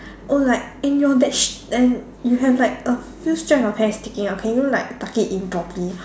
oh like and your badge and you have like a few strand of hair sticking out can you like tuck it in properly